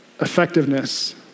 effectiveness